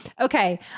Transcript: Okay